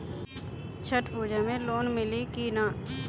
छठ पूजा मे लोन मिली की ना?